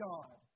God